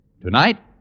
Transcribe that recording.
Tonight